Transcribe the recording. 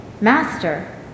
Master